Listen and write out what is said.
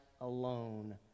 alone